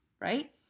Right